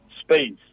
space